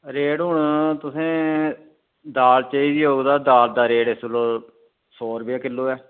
rate हुन तुसें दाल चाही दी होग ते दाल दा रेट इसलै सौ रपेआ किलो ऐ